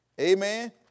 Amen